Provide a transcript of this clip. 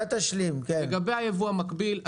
לגבי היבוא המקביל,